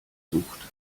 sucht